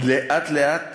לאט-לאט